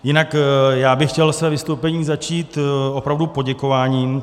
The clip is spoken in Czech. Jinak bych chtěl své vystoupení začít opravdu poděkováním.